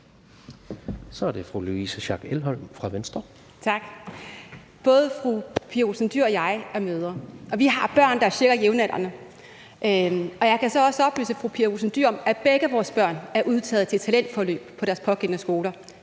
Kl. 14:33 Louise Schack Elholm (V): Tak. Både fru Pia Olsen Dyhr og jeg er mødre, og vi har børn, der er cirka jævnaldrende. Jeg kan så også oplyse fru Pia Olsen Dyhr om, at begge vores børn er udtaget til talentforløb på deres pågældende skoler: